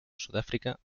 sudáfrica